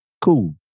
cool